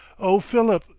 oh, philip!